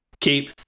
Keep